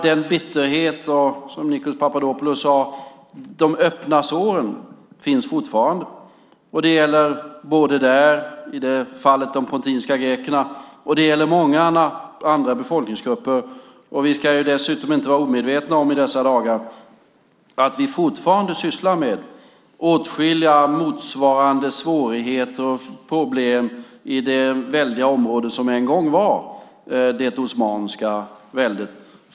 Bitterheten över detta och, som Nikos Papadopoulos sade, de öppna såren finns fortfarande. Det gäller i fallet både med de pontiska grekerna och med många andra befolkningsgrupper. Vi ska dessutom inte vara omedvetna om i dessa dagar att vi fortfarande sysslar med åtskilliga svårigheter och problem som motsvarar detta i det väldiga område som en gång var det osmanska väldet.